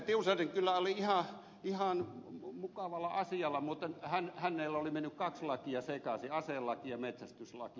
tiusanen kyllä oli ihan mukavalla asialla mutta hänellä oli mennyt kaksi lakia sekaisin aselaki ja metsästyslaki